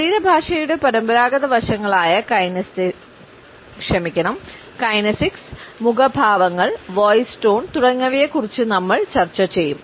ശരീരഭാഷയുടെ പരമ്പരാഗത വശങ്ങളായ കൈനെസിക്സ് മുഖഭാവങ്ങൾ വോയ്സ് ടോൺ തുടങ്ങിയവയെ കുറിച്ച് നമ്മൾ ചർച്ച ചെയ്യും